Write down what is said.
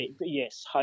yes